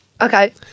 Okay